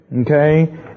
Okay